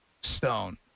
stone